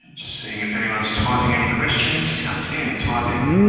just seeing if anyone is typing any questions. can't see any typing.